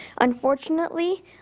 Unfortunately